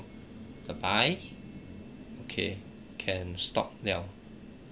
bye bye okay can stop liao